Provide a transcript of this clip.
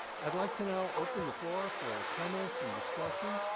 i'd like to know open the floor for comments and discussion.